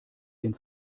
den